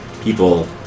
people